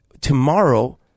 Tomorrow